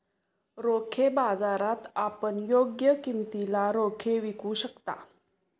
रोखे बाजारात आपण योग्य किमतीला रोखे विकू शकता